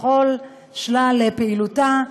בכל שלל פעילותה,